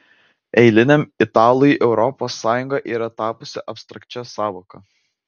eiliniam italui europos sąjunga yra tapusi abstrakčia sąvoka